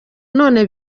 none